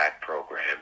program